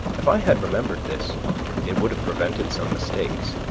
if i had remembered this it would have prevented some mistakes.